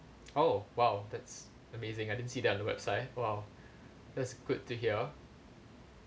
oh !wow! that's amazing I didn't see that in the website !wow! that's good to hear